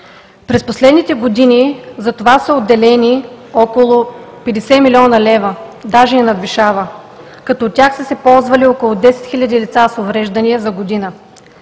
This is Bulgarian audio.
През последните години за това са отделени около 50 млн. лв., даже и надвишава, като от тях са се ползвали около 10 хиляди лица с увреждания за година.